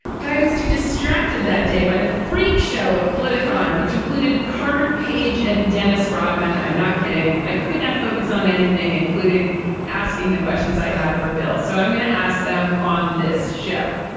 i was too distracted that day by the freak show of politico on which included carter page and dennis rodman. i'm not kidding. i could not focus on anything, including asking the questions i had for bill. so i'm going to ask them on this show.